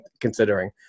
considering